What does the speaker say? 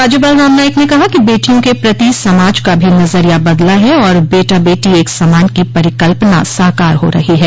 राज्यपाल राम नाईक ने कहा कि बेटियों के प्रति समाज का भी नजरिया बदला है और बेटा बेटी एक समान की परिकल्पना साकार हो रही है